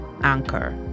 Anchor